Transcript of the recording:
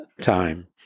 time